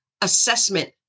assessment